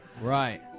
Right